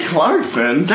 Clarkson